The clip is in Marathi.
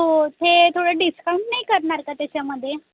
हो ते थोडं डिस्काउंट नाही करणार का त्याच्यामध्ये